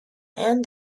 and